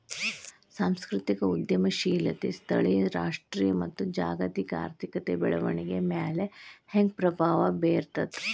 ಸಾಂಸ್ಕೃತಿಕ ಉದ್ಯಮಶೇಲತೆ ಸ್ಥಳೇಯ ರಾಷ್ಟ್ರೇಯ ಮತ್ತ ಜಾಗತಿಕ ಆರ್ಥಿಕತೆಯ ಬೆಳವಣಿಗೆಯ ಮ್ಯಾಲೆ ಹೆಂಗ ಪ್ರಭಾವ ಬೇರ್ತದ